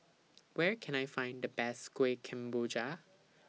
Where Can I Find The Best Kueh Kemboja